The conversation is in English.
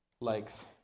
likes